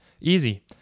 Easy